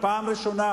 פעם ראשונה